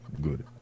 Good